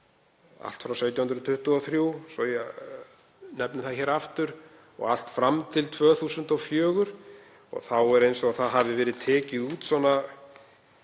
allt frá 1723, svo ég nefni það aftur, og fram til 2004. Þá er eins og það hafi verið tekið út á